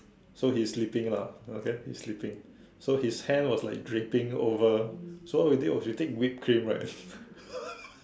so he is sleeping lah okay he is sleeping so his hand was like dripping over so what we did was we take whipped cream right